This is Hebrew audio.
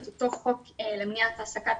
את אותו חוק למניעת העסקת